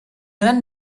gran